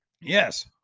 Yes